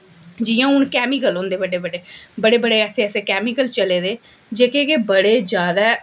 जियां हून कैमिकल होंदे बड्डे बड्डे बड़े बड़े ऐसे ऐसे कैमिकल चले दे जेह्के के बड़े जादा